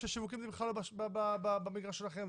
כשהשיווק בכלל לא במגרש שלכם,